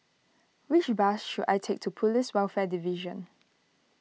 which bus should I take to Police Welfare Division